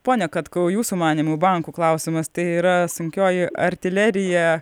pone katkau jūsų manymu bankų klausimas tai yra sunkioji artilerija